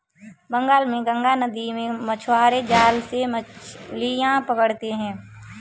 बंगाल में गंगा नदी में मछुआरे जाल से मछलियां पकड़ते हैं